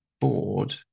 bored